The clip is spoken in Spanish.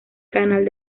canal